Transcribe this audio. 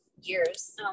years